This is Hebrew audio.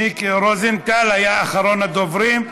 מיקי רוזנטל היה אחרון הדוברים.